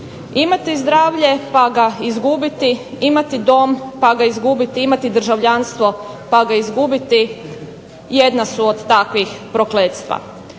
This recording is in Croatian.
Imati zdravlje pa ga izgubiti, imati dom pa ga izgubiti, imati državljanstvo pa ga izgubiti jedna su od takvih prokletstva.